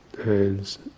hands